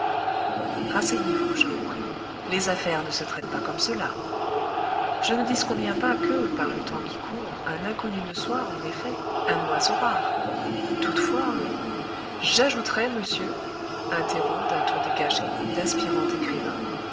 rasseyez vous je vous prie les affaires ne se traitent pas comme cela je ne disconviens pas que par le temps qui court un inconnu ne soit en effet un oiseau rare toutefois j'ajouterai monsieur interrompt d'un ton dégagé l'aspirant écrivain